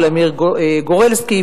ולדימיר גורלסקי,